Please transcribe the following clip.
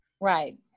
Right